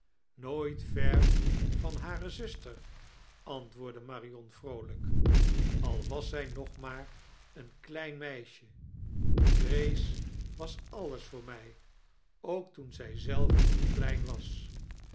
nooit vei van hare zuster antwoordde marion vroolijk al was zij nog maar een klein meisje grace was alles voor mij ook toen zij zelve nog klein was